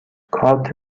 کارت